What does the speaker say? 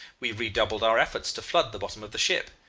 we re-doubled our efforts to flood the bottom of the ship.